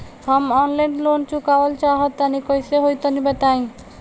हम online loan चुकावल चाहऽ तनि कइसे होई तनि बताई?